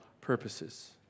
purposes